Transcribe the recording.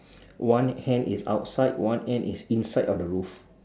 one hand is outside one hand is inside of the roof